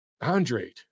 Andre